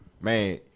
man